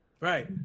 Right